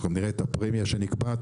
אנחנו נראה את הפרמיה שנקבעת,